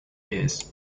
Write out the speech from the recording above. years